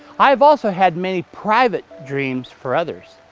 i have also had many private dreams for others.